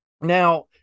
Now